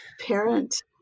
parent